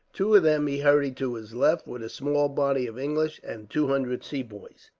two of them he hurried to his left, with a small body of english and two hundred sepoys,